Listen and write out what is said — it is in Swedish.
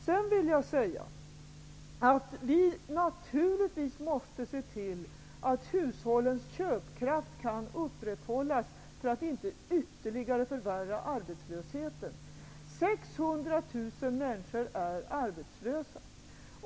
Sedan vill jag säga att vi naturligtvis måste se till att hushållens köpkraft kan upprätthållas för att inte ytterligare förvärra arbetslösheten. 600 000 människor är arbetslösa.